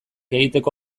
egiteko